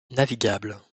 navigable